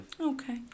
Okay